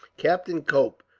captain cope,